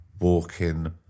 walking